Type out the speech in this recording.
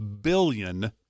billion